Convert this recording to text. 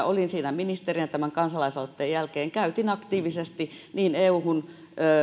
olin siinä ministerinä tämän kansalaisaloitteen jälkeen käytin aktiivisesti euhun